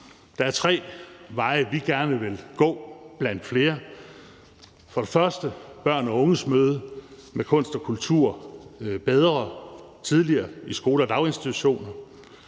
Der er tre veje, vi gerne vil gå, blandt flere. Den første vej er børn og unges møde med kunst og kultur bedre og tidligere i skoler og daginstitutioner.